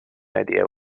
idea